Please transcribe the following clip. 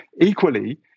Equally